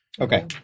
Okay